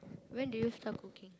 when do you start cooking